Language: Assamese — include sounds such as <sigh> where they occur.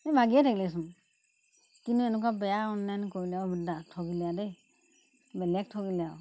এই ভাগিয়ে থাকিলেচোন কিন্তু এনেকুৱা বেয়া অনলাইন কৰিলে <unintelligible> ঠগিলে দেই বেলেগ ঠগিলে আৰু